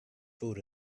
food